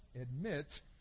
admits